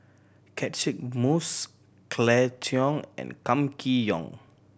Catchick Moses Claire Chiang and Kam Kee Yong